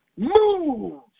Move